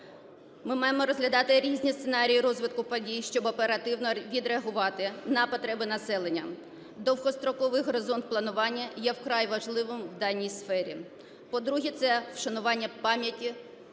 Ми маємо розглядати різні сценарії розвитку подій, щоб оперативно відреагувати на потреби населення. Довгостроковий горизонт планування є вкрай важливим в даній сфері. По-друге, це вшанування пам'яті.